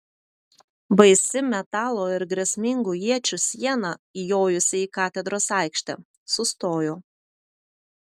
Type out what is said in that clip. baisi metalo ir grėsmingų iečių siena įjojusi į katedros aikštę sustojo